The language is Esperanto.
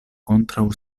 kontraŭ